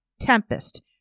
Tempest